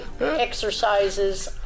exercises